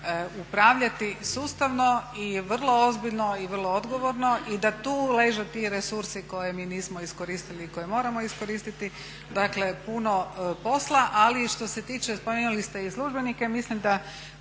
upravljati sustavno i vrlo ozbiljno i vrlo odgovorno, i da tu leže ti resursi koje mi nismo iskoristili i koje moramo iskoristiti. Dakle, puno posla, ali i što se tiče spomenuli ste i službenike, mislim da